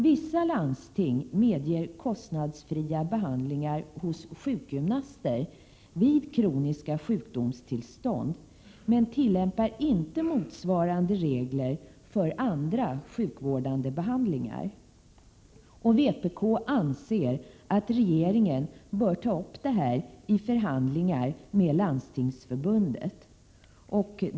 Vissa landsting medger kostnadsfria behandlingar hos sjukgymnaster vid kroniska sjukdomstillstånd men tillämpar inte motsvarande regler för andra sjukvårdande behandlingar. Vpk anser att regeringen bör ta upp detta i förhandlingar med Landstingsförbundet.